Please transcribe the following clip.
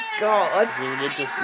God